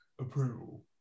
approval